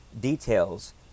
details